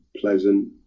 pleasant